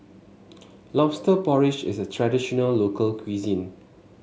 lobster porridge is a traditional local cuisine